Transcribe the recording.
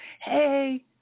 hey